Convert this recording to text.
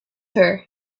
here